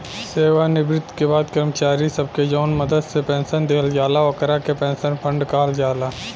सेवानिवृत्ति के बाद कर्मचारी सब के जवन मदद से पेंशन दिहल जाला ओकरा के पेंशन फंड कहल जाला